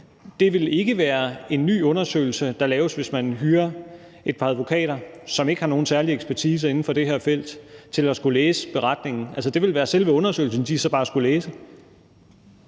Det vil ikke være en ny undersøgelse, der laves, hvis man hyrer et par advokater, som ikke har nogen særlig ekspertise inden for det her felt, til at skulle læse beretningen. Altså, det vil være selve undersøgelsen, de så bare skulle læse.